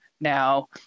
now